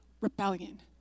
rebellion